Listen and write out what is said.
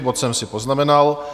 Bod jsem si poznamenal.